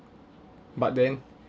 but then